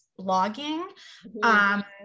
blogging